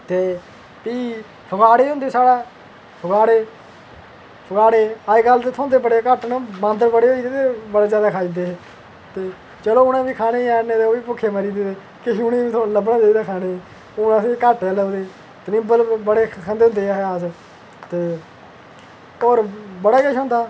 ते फ्ही फोआड़े होंदे साढ़ै फोआड़े फोआड़े अज्जकल ते थ्होंदे बड़े घट्ट हून बांदर बड़े होई एह्दे बड़े ज्यादा खाई जंदे चलो उ'नें बी खानें गै न नेईं तां ओह् बी भुक्खे मरी जंदे किश उ'नें बी लब्भना चाहिदा खाने ईं हून असें ई घट्ट लब्भदे त्रिम्बल बड़े खंदे होंदे अस होर बड़ा किश होंदा